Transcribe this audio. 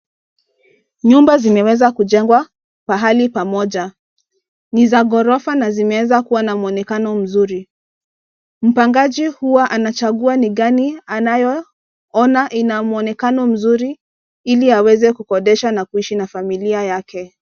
Nyumba zimeweza kujengwa pahali pamoja ni za gorofa na zimweza kuwa na muonekano mzuri. Mpangaji huwa anchagua ni gani anayo ona inamwonekano mzuri ili aweze kukodesha na kuishi na familia yake.